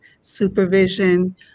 supervision